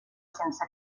sense